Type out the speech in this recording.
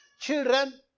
Children